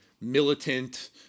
militant